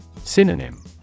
Synonym